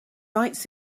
lights